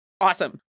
Awesome